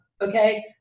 okay